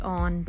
on